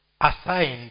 assigned